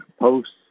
posts